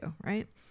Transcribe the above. right